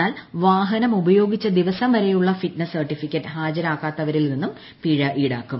എന്നാൽ വാഹനം ഉപയോഗിച്ച ദിവസം വരെയുള്ള ഫിറ്റ്നസ് സർട്ടിഫിക്കറ്റ് ഹാജരാക്കാത്തവരിൽ നിന്നും പിഴ ഈടാക്കും